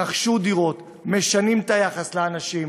רכשו דירות, משנים את היחס לאנשים.